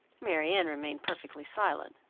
marianne remained perfectly silent,